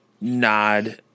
nod